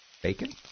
Bacon